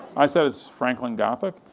i said, it's franklin gothic.